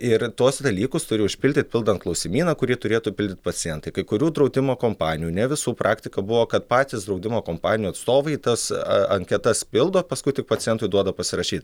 ir tuos dalykus turi užpildyt pildant klausimyną kurį turėtų pildyt pacientai kai kurių draudimo kompanijų ne visų praktika buvo kad patys draudimo kompanijų atstovai tas aa anketas pildo paskui tik pacientui duoda pasirašyt